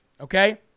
okay